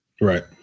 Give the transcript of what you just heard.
Right